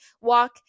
walk